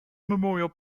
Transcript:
memorial